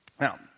Now